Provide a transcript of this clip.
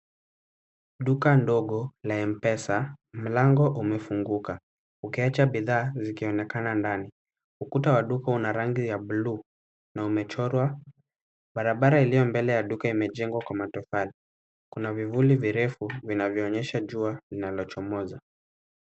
Duka ndogo la M-Pesa mlango umefunguka ukiacha bidhaa zikionekana ndani. Ukuta wa duka una rangi ya bluu na umechorwa, barabara iliyo mbele ya duka imejengwa kwa matofali. Kuna vivuli virefu vinavyoonyesha jua linalochomoza.